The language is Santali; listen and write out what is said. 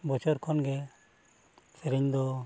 ᱵᱚᱪᱷᱚᱨ ᱠᱷᱚᱱ ᱜᱮ ᱥᱮᱨᱮᱧ ᱫᱚ